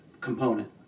component